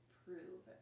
prove